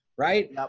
Right